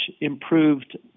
improved